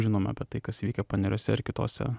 žinoma apie tai kas vykę paneriuose ir kitose